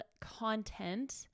content